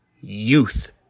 youth